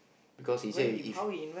because he said if